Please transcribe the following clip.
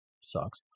sucks